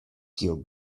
kiu